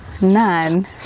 None